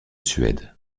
suède